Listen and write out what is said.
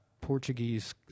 Portuguese